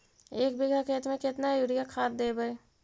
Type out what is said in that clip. एक बिघा खेत में केतना युरिया खाद देवै?